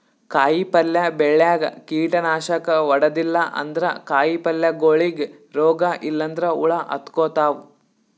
ಕಾಯಿಪಲ್ಯ ಬೆಳ್ಯಾಗ್ ಕೀಟನಾಶಕ್ ಹೊಡದಿಲ್ಲ ಅಂದ್ರ ಕಾಯಿಪಲ್ಯಗೋಳಿಗ್ ರೋಗ್ ಇಲ್ಲಂದ್ರ ಹುಳ ಹತ್ಕೊತಾವ್